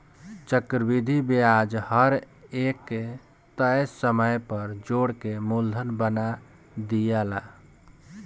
चक्रविधि ब्याज हर एक तय समय पर जोड़ के मूलधन बना दियाला